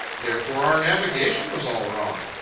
therefore our navigation was all wrong.